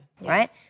right